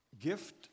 Gift